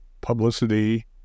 publicity